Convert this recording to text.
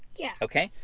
yeah. okay.